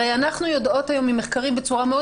אנחנו יודעים היום ממחקרים בצורה מאוד